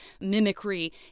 mimicry